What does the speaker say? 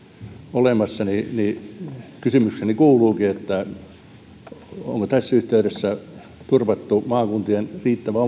olemassa ja kysymykseni kuuluukin onko tässä yhteydessä turvattu maakuntien riittävä